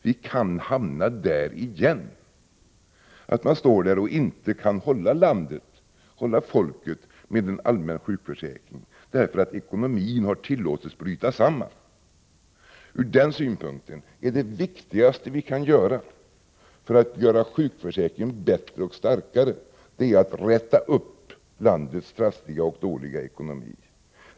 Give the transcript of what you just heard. Vi kan hamna där igen — att man inte kan hålla landet, hålla folket, med en allmän sjukförsäkring på grund av att ekonomin har tillåtits bryta samman. Ur den synpunkten är det viktigaste vi kan göra för att få sjukförsäkringen bättre och starkare just att räta upp landets trassliga och dåliga ekonomi.